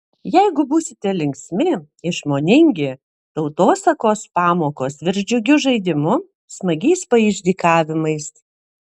jeigu būsite linksmi išmoningi tautosakos pamokos virs džiugiu žaidimu smagiais paišdykavimais